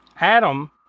Adam